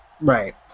Right